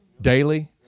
daily